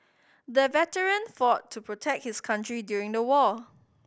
the veteran fought to protect his country during the war